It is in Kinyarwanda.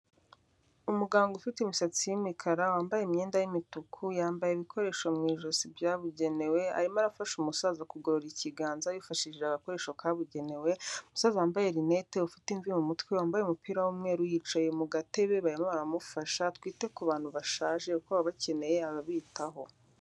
Umuganga ufite imisatsi y'umukara wambaye imyenda y'imituku yambaye ibikoresho mu ijosi byabugenewe arimo arafasha umusaza kugorora ikiganza yifashishije agakoresho kabugenewe, umusaza wambaye rinete ufite imvi mu mutwe wambaye umupira w'umweru, yicaye mu gatebe barimo baramufasha, twite kubantu bashaje kuko baba bakeneye ababitaho